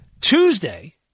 Tuesday